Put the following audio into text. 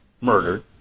murdered